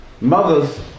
mothers